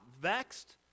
vexed